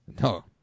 no